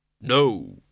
No